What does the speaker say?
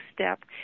step